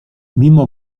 mimo